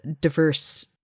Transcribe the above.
diverse